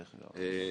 דרך אגב.